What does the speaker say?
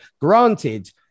Granted